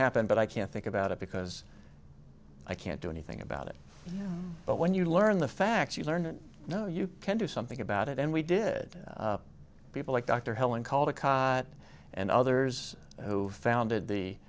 happen but i can't think about it because i can't do anything about it but when you learn the facts you learn and know you can do something about it and we did people like dr helen caldicott and others who founded the